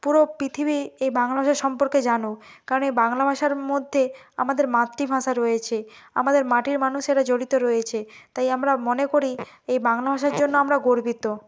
পুরো পৃথিবী এই বাংলা ভাষা সম্পর্কে জানুক কারণ এই বাংলা ভাষার মধ্যে আমাদের মাতৃ ভাষা রয়েছে আমাদের মাটির মানুষেরা জড়িত রয়েছে তাই আমরা মনে করি এই বাংলা ভাষার জন্য আমরা গর্বিত